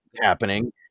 happening